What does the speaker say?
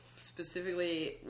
specifically